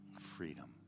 freedom